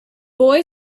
boy